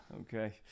Okay